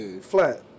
flat